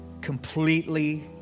completely